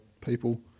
people